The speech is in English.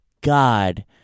God